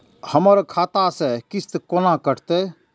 हमर खाता से किस्त कोना कटतै?